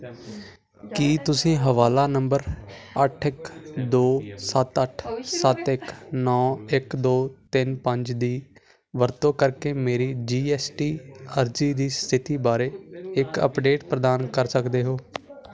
ਕੀ ਤੁਸੀਂ ਹਵਾਲਾ ਨੰਬਰ ਅੱਠ ਇੱਕ ਦੋ ਸੱਤ ਅੱਠ ਸੱਤ ਇੱਕ ਨੌਂ ਇੱਕ ਦੋ ਤਿੰਨ ਪੰਜ ਦੀ ਵਰਤੋਂ ਕਰਕੇ ਮੇਰੀ ਜੀ ਐੱਸ ਟੀ ਅਰਜ਼ੀ ਦੀ ਸਥਿਤੀ ਬਾਰੇ ਇੱਕ ਅਪਡੇਟ ਪ੍ਰਦਾਨ ਕਰ ਸਕਦੇ ਹੋ